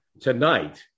tonight